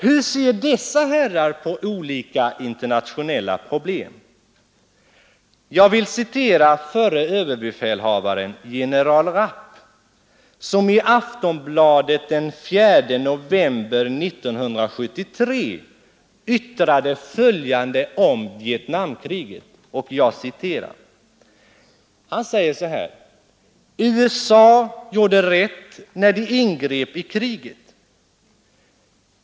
Hur ser dessa herrar på olika internationella problem? Jag vill citera förre ÖB Rapp som i Aftonbladet den 4 november 1973 yttrade följande om Vietnamkriget: ”USA gjorde rätt när de ingrep i kriget.